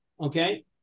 Okay